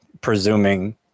presuming